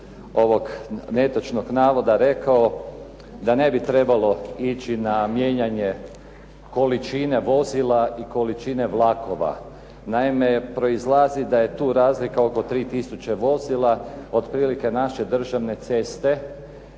ovog netočnog navoda rekao da ne bi trebalo ići na mijenjanje količine vozila i količine vlakova. Naime, proizlazi da je tu razlika oko 3 tisu će vozila, otprilike naše državne ceste